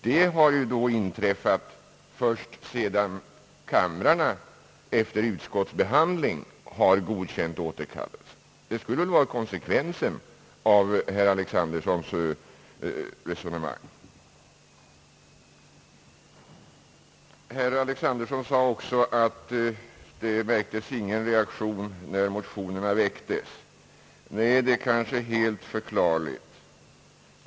Den har då inträffat först sedan kamrarna efter utskottets behandling har godkänt återkallelsen. Det skulle väl vara konsekvensen av herr Alexandersons resonemang. Herr Alexanderson framhöll även, att någon reaktion inte märktes när motionerna väcktes. Nej, och det kanske är helt förklarligt.